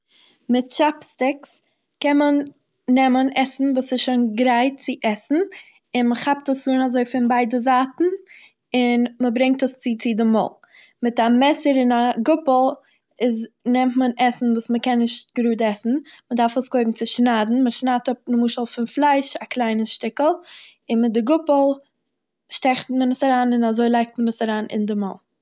מיט טשאפ סטיקס קען מען נעמען עסן וואס איז שוין גרייט צו עסן און מ'כאפט עס אן אזוי פון ביידע זייטן און מ'ברענג עס צו צו די מויל, מיט א מעסער און א גאפל איז- נעמט מען עסן וואס מ'קען נישט גראד עסן, מ'דארף עס קודם צושניידן, מ'שנייד אפ למשל פון פלייש א קליינע שטיקל און מיט די גאפל שטעכט מען עס אריין און אזוי לייגט מען עס אריין אין די מויל.